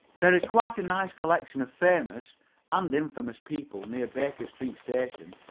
there is quite a nice collection of famous and infamous people near baker street station,